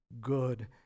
good